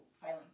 failing